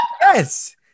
Yes